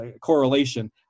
correlation